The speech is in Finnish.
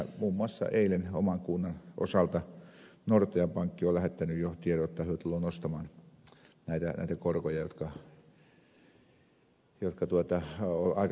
muun muassa eilen oman kunnan osalta nordea pankki on lähettänyt jo tiedon että se tulee nostamaan näitä korkoja jotka on aikaisemmin sovittu